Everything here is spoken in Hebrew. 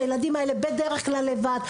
כשהילדים האלה בדרך כלל לבד,